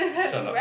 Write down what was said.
shut up